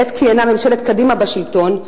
עת כיהנה ממשלת קדימה בשלטון,